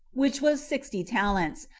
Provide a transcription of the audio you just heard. which was sixty talents,